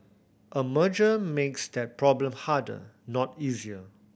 a merger makes that problem harder not easier